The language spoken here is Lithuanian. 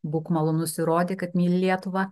būk malonus įrodyk kad myli lietuvą